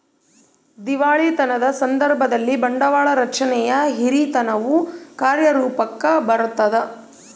ದಿವಾಳಿತನದ ಸಂದರ್ಭದಲ್ಲಿ, ಬಂಡವಾಳ ರಚನೆಯ ಹಿರಿತನವು ಕಾರ್ಯರೂಪುಕ್ಕ ಬರತದ